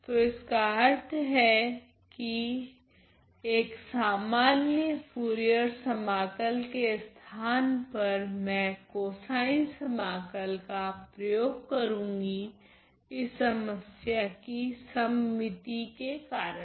तो इसका अर्थ है कि एक सामान्य फुरियर समाकल के स्थान पर मैं कोसाइन समाकल का प्रयोग करुगी इस समस्या कि सममिति के कारण